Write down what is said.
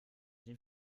den